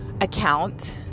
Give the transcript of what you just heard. account